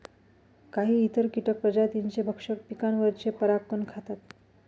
काही इतर कीटक प्रजातींचे भक्षक पिकांवरचे परागकण खातात